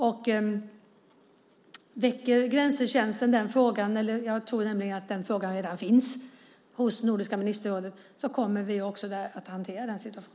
Om Grensetjänsten väcker den frågan kommer vi att hantera den i Nordiska ministerrådet. Jag tror nämligen att frågan redan finns där.